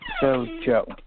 Joe